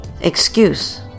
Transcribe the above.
excuse